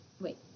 Wait